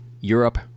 Europe